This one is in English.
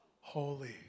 Holy